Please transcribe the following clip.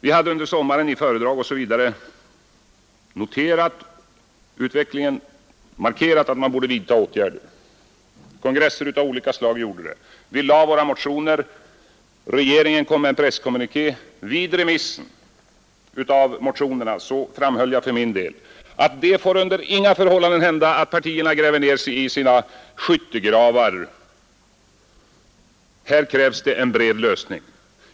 Vi har under sommaren i föredrag, på kongresser osv. noterat utvecklingen och markerat att åtgärder borde vidtas. Vi väckte våra motioner och regeringen gjorde en presskommuniké. Vid remissen av motionerna framhöll jag för min del att det under inga förhållanden fär hända att partierna gräver ned sig i sina skyttegravar — här krävs det en bred lösning.